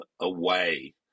away